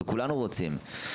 וכולנו רוצים.